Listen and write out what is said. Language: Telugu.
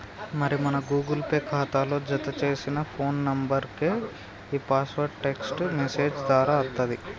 మరి మన గూగుల్ పే ఖాతాలో జతచేసిన ఫోన్ నెంబర్కే ఈ పాస్వర్డ్ టెక్స్ట్ మెసేజ్ దారా అత్తది